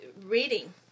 reading